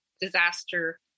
disaster